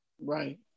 Right